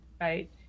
right